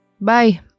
Bye